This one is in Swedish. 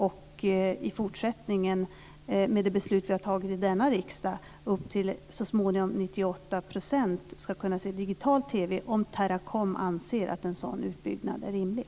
Så småningom ska, med det beslut vi har fattat i denna riksdag, upp till 98 % kunna se digital TV om Teracom anser att en sådan utbyggnad är rimlig.